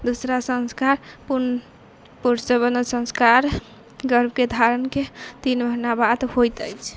दूसरा संस्कार पुन पुंसवन संस्कार गर्भके धारणके तीन महिना बाद होइत अछि